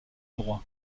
droit